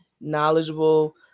knowledgeable